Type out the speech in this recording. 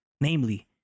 namely